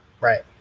right